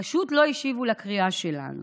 פשוט לא השיבו על הקריאה שלנו.